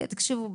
ולהגיד: תקשיבו,